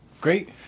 great